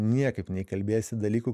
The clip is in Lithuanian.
niekaip neįkalbėsi dalykų